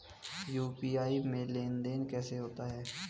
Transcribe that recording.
UPI में लेनदेन कैसे होता है?